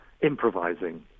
improvising